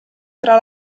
tra